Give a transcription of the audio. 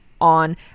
on